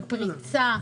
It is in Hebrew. בפריצה,